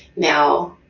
now,